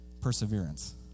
Perseverance